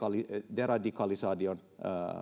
deradikalisaation